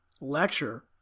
lecture